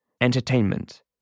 entertainment